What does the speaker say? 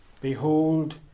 Behold